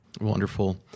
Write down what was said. Wonderful